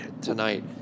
tonight